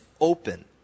open